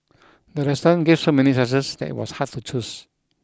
the restaurant gave so many choices that was hard to choose